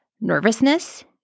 nervousness